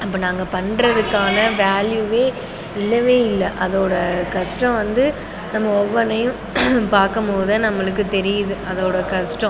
அப்போது நாங்கள் பண்ணுறதுக்கான வேல்யூவே இல்லைவே இல்லை அதோடய கஷ்டம் வந்து நம்ம ஒவ்வொன்றையும் பார்க்கும் போது நம்மளுக்கு தெரியுது அதோடய கஷ்டம்